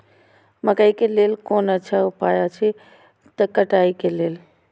मकैय के लेल कोन अच्छा उपाय अछि कटाई के लेल?